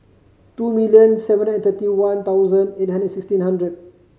two million seven and thirty one thousand eight hundred sixteen hundred